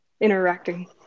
interacting